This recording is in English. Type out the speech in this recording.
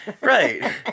Right